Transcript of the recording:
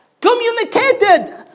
communicated